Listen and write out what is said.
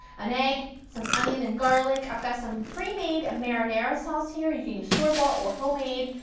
an egg, some onion and garlic, i've got some pre-made marinara sauce here, you can use store bought or homemade,